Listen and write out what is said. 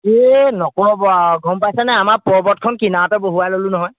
এই নক'ব আৰু গম পাইছেনে আমাৰ পৰ্বতখন কিনাৰতে বহুৱাই ল'লো নহয়